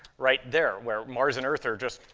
right there where mars and earth are just,